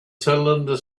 cylinder